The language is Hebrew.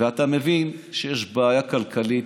אתה מבין שיש בעיה כלכלית,